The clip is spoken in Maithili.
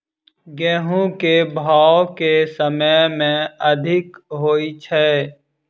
गेंहूँ केँ भाउ केँ समय मे अधिक होइ छै?